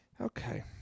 Okay